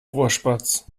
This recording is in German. rohrspatz